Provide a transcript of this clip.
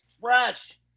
fresh